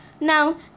Now